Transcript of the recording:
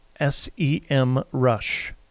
SEMrush